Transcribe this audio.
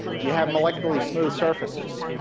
you have molecularly smooth surfaces.